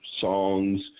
songs